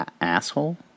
Asshole